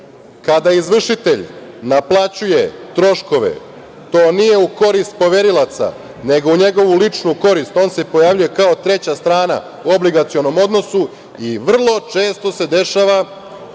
malo. Kada izvršitelj naplaćuje troškove, to nije u korist poverilaca, nego u njegovu ličnu korist, on se pojavljuje kao treća strana u obligacionom odnosu i vrlo često se dešava